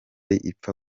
ipfa